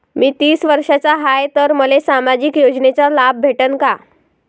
मी तीस वर्षाचा हाय तर मले सामाजिक योजनेचा लाभ भेटन का?